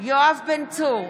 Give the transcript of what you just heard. יואב בן צור,